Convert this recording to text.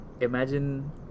imagine